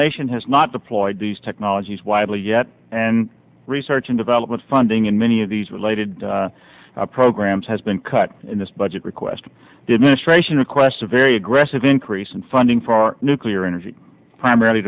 nation has not deployed these technologies widely yet and research and development funding in many of these related programs has been cut in this budget request did ministration request a very aggressive increase in funding for our nuclear energy primarily